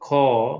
Call